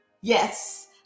Yes